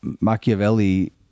Machiavelli